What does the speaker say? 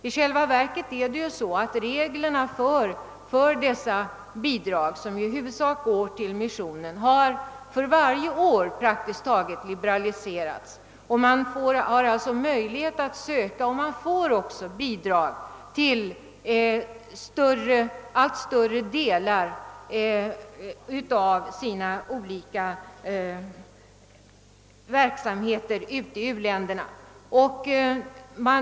I själva verket har reglerna för dessa bidrag, som i huvudsak går till missionen, praktiskt taget för varje år liberaliserats. Det finns möjlighet att söka bidrag av detta slag, och sådana utgår också till allt större delar av de enskilda organisationernas olika verksamheter ute i u-länderna.